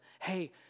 hey